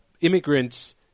immigrants